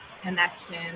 connection